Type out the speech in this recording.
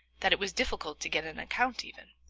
that it was difficult to get an account even,